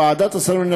ועדת השרים לענייני